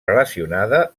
relacionada